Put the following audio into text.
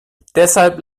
deshalb